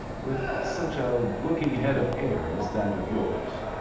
with such a looking head of hair as that of yours.